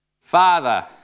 Father